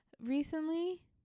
recently